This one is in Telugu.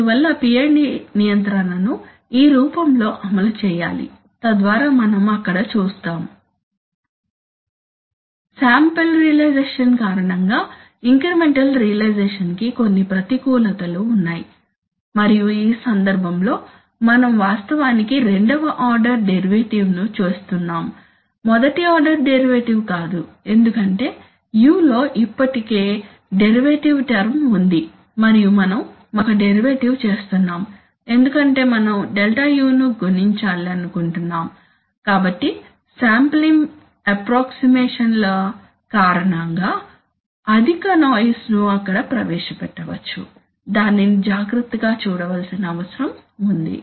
అందువల్ల PID నియంత్రణను ఈ రూపంలో అమలు చేయాలి తద్వారా మనం అక్కడ చూసాము శాంపిల్ రియలైజేషన్ కారణంగా ఇంక్రిమెంటల్ రియలైజేషన్ కి కొన్ని ప్రతికూలతలు ఉన్నాయి మరియు ఈ సందర్భంలో మనం వాస్తవానికి రెండవ ఆర్డర్ డెరివేటివ్ ను చేస్తున్నాము మొదటి ఆర్డర్ డెరివేటివ్ కాదు ఎందుకంటే u లో ఇప్పటికే డెరివేటివ్ టర్మ్ ఉంది మరియు మనం మరొక డెరివేటివ్ చేస్తున్నాము ఎందుకంటే మనం Δu ను గణించాలనుకుంటున్నాము కాబట్టి శాంప్లింగ్ అప్ప్రోక్సిమేషన్ ల కారణంగా అధిక నాయిస్ ను అక్కడ ప్రవేశపెట్టవచ్చు దానిని జాగ్రత్తగా చూడవలిసిన అవసరం ఉంది